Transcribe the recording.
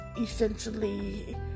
essentially